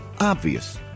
obvious